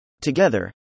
Together